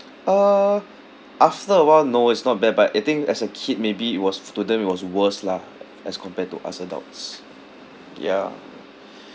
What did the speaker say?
uh after a while no it's not bad but I think as a kid maybe it was f~ to them it was worse lah as compared to us adults ya